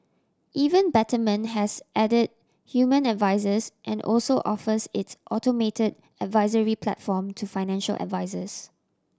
even Betterment has added human advisers and also offers its automated advisory platform to financial advisers